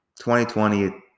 2020